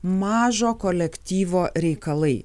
mažo kolektyvo reikalai